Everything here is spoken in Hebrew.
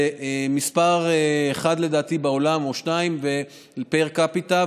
זה מספר 1 או 2 בעולם פר קפיטה,